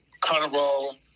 Carnival